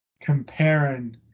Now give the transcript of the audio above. comparing